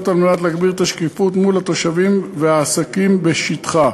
כדי להגביר את השקיפות מול התושבים והעסקים בשטחה.